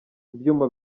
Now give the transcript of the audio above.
ibyuma